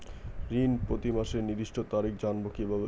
ঋণ প্রতিমাসের নির্দিষ্ট তারিখ জানবো কিভাবে?